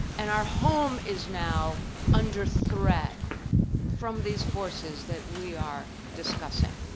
and our home is now under threat from these forces that we are discussing.